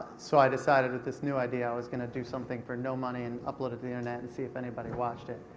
so i decided with this new idea i was going to do something for no money and upload it to the internet and see if anybody watched it.